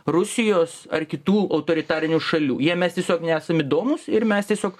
rusijos ar kitų autoritarinių šalių jiem mes tiesiog nesam įdomūs ir mes tiesiog